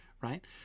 right